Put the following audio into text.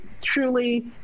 truly